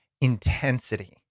intensity